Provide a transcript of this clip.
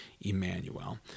Emmanuel